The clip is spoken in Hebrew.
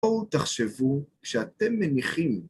בואו תחשבו כשאתם מניחים.